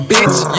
Bitch